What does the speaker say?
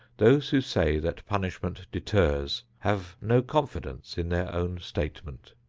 those who say that punishment deters have no confidence in their own statement.